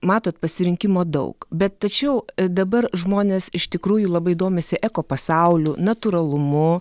matot pasirinkimo daug bet tačiau dabar žmonės iš tikrųjų labai domisi ekopasauliu natūralumu